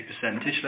percentage